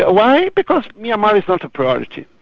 ah why? because myanmar is not a priority.